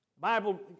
Bible